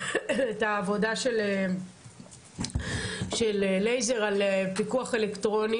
את העבודה של לייזר על צימוד אלקטרוני